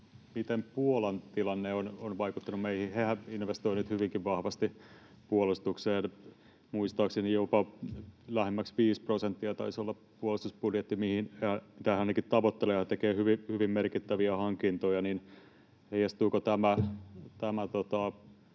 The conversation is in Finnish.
miten Puolan tilanne on vaikuttanut meihin. Hehän investoivat nyt hyvinkin vahvasti puolustukseen. Muistaakseni jopa lähemmäksi viisi prosenttia taisi olla puolustusbudjetti, mitä he ainakin tavoittelevat, ja tekevät hyvin merkittäviä hankintoja. Heijastuuko tämä